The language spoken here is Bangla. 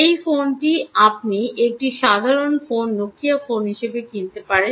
এই ফোনটি আপনি একটি সাধারণ ফোন নোকিয়া ফোনNokia Phone0 কিনতে পারবেন